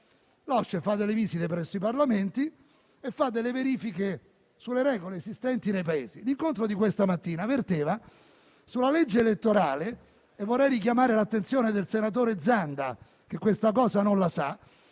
compie delle visite presso i Parlamenti, facendo delle verifiche sulle regole esistenti nei Paesi. L'incontro di questa mattina verteva sulla legge elettorale. Vorrei richiamare l'attenzione del senatore Zanda che questa cosa non sa.